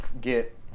get –